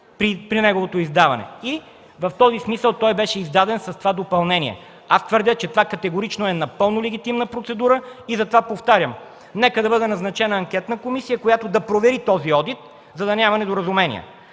при неговото издаване. В този смисъл той беше издаден с това допълнение. Твърдя категорично, че това е напълно легитимна процедура и затова повтарям: нека да бъде назначена анкетна комисия, която да провери този одит, за да няма недоразумения.